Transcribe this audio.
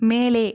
மேலே